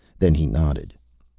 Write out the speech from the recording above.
then he nodded.